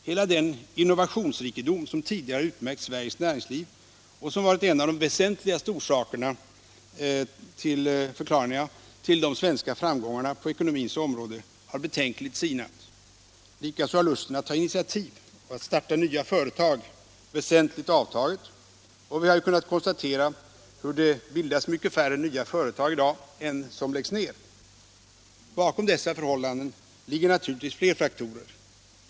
Hela den innovationsrikedom som tidigare har utmärkt Sveriges näringsliv och varit en av de väsentliga förklaringarna till de svenska framgångarna på ekonomins område har betänkligt sinat. Likaså har lusten att ta initiativ, att starta nya företag, väsentligt avtagit. Vi har ju kunnat konstatera att det bildas mycket färre nya företag i dag än som läggs ner. Bakom dessa förhållanden ligger naturligtvis flera faktorer.